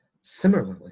Similarly